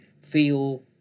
feel